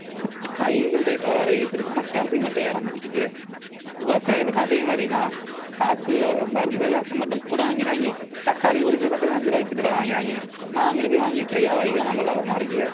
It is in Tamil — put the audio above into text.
காய்கறிகள் ரேட்டு வர வர ஏறிகிட்டு இருக்கு ஆனால் சேல்ரி மட்டும் ஏற மாட்டிங்கிது விவசாயிகளுக்கு அதே மாதிரி தான் காசு மருந்து காசை மட்டும் கூட வாங்கிக்கிறாங்க தக்காளி ஒரு கிலோ தக்காளி அஞ்சு ருவா பத்துரூவா வாங்கிக்கிறாங்க நான் அங்கிட்டு போய் வாங்கி விற்கிர இது தான் நல்ல லாபமாக இருக்கு